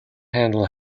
handle